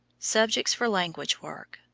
subjects for language work.